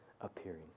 appearing